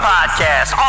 Podcast